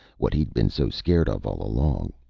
what he'd been so scared of all along.